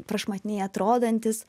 prašmatniai atrodantys